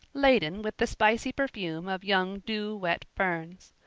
laden with the spicy perfume of young dew-wet ferns.